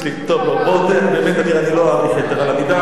טוב, בוא באמת, עמיר, אני לא אאריך יתר על המידה.